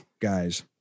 guys